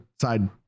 side